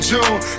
June